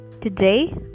Today